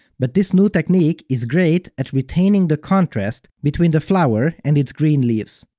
but this new technique is great at retaining the contrast between the flower and its green leaves.